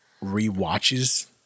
re-watches